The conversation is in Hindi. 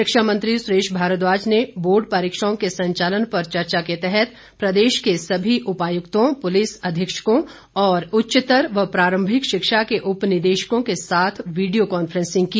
शिक्षा मंत्री सुरेश भारद्वाज ने बोर्ड परीक्षाओं के संचालन पर चर्चा के तहत प्रदेश के सभी उपायक्तों पुलिस अधीक्षकों और उच्चतर व प्रारम्भिक शिक्षा के उपनिदेशकों के साथ वीडियो कांफ्रेंस की